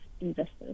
investors